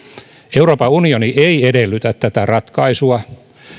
euroopan unioni ei edellytä tätä ratkaisua